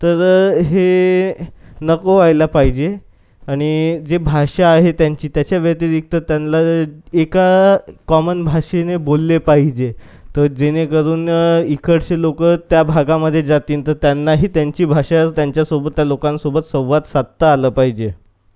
तर हे नको व्हायला पाहिजे आणि जी भाषा आहे त्यांची त्याच्या व्यतिरिक्त त्यांना एका कॉमन भाषेने बोलले पाहिजे तर जेणे करून इकडचे लोक त्या भागामधे जातीन तर त्यांनाही त्यांची भाषा त्यांच्यासोबत त्या लोकांसोबत संवाद साधता आलं पाहिजे